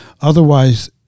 Otherwise